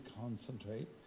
concentrate